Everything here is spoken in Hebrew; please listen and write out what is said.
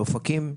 באופקים,